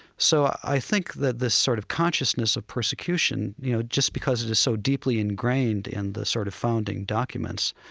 so i think that this sort of consciousness of persecution, you know, just because it is so deeply ingrained in the sort of founding documents,